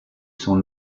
son